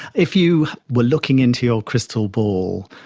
if you were looking into your crystal ball,